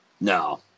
No